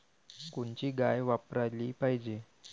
कोनची गाय वापराली पाहिजे?